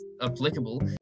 applicable